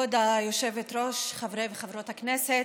כבוד היושבת-ראש, חברי וחברות הכנסת,